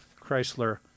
Chrysler